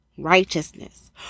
righteousness